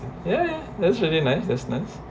ya that's really nice just nice